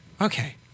Okay